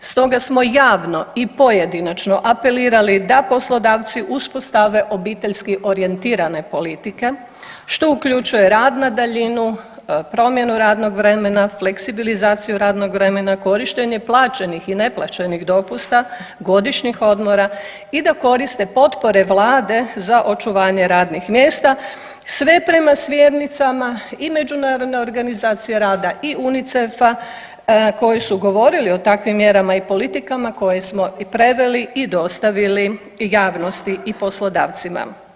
Stoga smo javno i pojedinačno apelirali da poslodavci uspostave obiteljski orijentirane politike što uključuje rad na daljinu, promjenu radnog vremena, fleksibilizaciju radnog vremena, korištenje plaćenih i neplaćenih dopusta, godišnjih odmora i da koriste potpore vlade za očuvanje radnih mjesta sve prema smjernicama i Međunarodne organizacije rada i UNICEF-a koji su govorili o takvim mjerama i politikama koje smo i preveli i dostavili javnosti i poslodavcima.